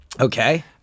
Okay